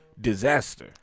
disaster